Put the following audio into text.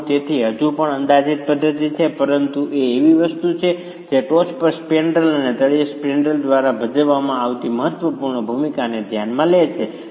તેથી હજુ પણ અંદાજિત પદ્ધતિ છે પરંતુ તે એવી વસ્તુ છે જે ટોચ પર સ્પેન્ડ્રેલ અને તળિયે સ્પેન્ડ્રેલ દ્વારા ભજવવામાં આવતી મહત્વપૂર્ણ ભૂમિકાને ધ્યાનમાં લે છે